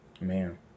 Man